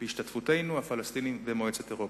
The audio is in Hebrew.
בהשתתפותנו ובהשתתפות הפלסטינים ומועצת אירופה.